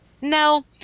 No